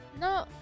no